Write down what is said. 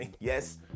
yes